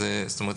זאת אומרת,